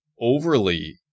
overly